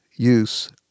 use